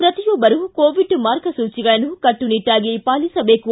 ಪ್ರತಿಯೊಬ್ಬರು ಕೋವಿಡ್ ಮಾರ್ಗಸೂಚಿಗಳನ್ನು ಕಟ್ಟುನಿಟ್ಟಾಗಿ ಪಾಲಿಸಬೇಕು